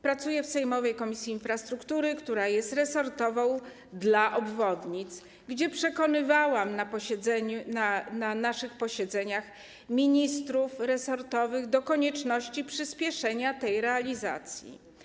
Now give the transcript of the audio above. Pracuję w sejmowej Komisji Infrastruktury, która jest komisją resortową dla obwodnic, gdzie przekonywałam na naszych posiedzeniach ministrów resortowych do konieczności przyspieszenia tej realizacji.